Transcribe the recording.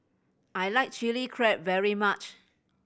I like Chilli Crab very much